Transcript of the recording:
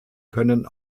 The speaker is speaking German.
können